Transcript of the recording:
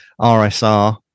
RSR